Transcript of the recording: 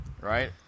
Right